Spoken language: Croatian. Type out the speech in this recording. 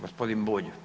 Gospodin Bulj.